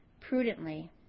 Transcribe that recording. prudently